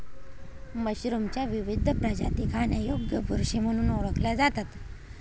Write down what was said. मशरूमच्या विविध प्रजाती खाण्यायोग्य बुरशी म्हणून ओळखल्या जातात